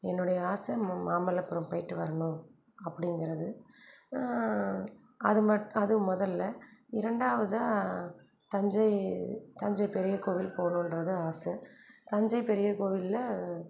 என்னோடய ஆசை மாமல்லபுரம் போய்ட்டு வரணும் அப்படிங்கறது அது மட் அது முதல்ல இரண்டாவதாக தஞ்சை தஞ்சை பெரிய கோவில் போகணுன்றது ஆசை தஞ்சை பெரிய கோவிலில்